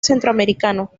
centroamericano